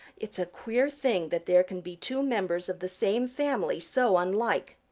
it's a queer thing that there can be two members of the same family so unlike.